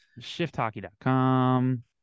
ShiftHockey.com